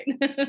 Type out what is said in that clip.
right